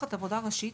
מפקחת עבודה ראשית,